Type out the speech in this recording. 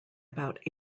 about